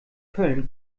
köln